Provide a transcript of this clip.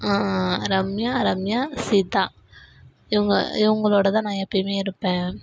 ரம்யா ரம்யா சீதா இவங்க இவங்களோட தான் நான் எப்போயுமே இருப்பேன்